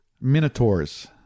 Minotaurs